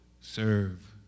Serve